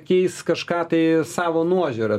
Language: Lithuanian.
keis kažką tai savo nuožiūra